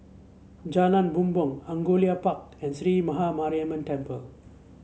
Jalan Bumbong Angullia Park and Sree Maha Mariamman Temple